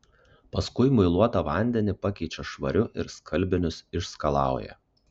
paskui muiluotą vandenį pakeičia švariu ir skalbinius išskalauja